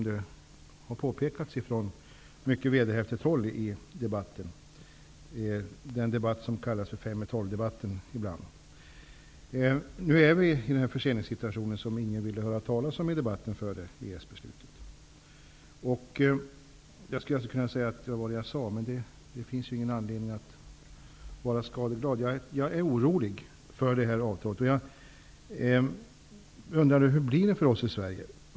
Det har påpekats från mycket vederhäftigt håll i debatten -- den debatt som ibland kallas för fem-i-tolv-debatten. Nu är vi i den förseningssituation som ingen ville höra talas i debatten före EES-beslutet. Jag skulle alltså kunna säga: Vad var det jag sade? Men det finns ingen anledning att vara skadeglad. Jag är orolig för avtalet. Jag undrar hur det blir för oss i Sverige nu.